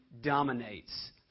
dominates